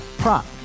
prop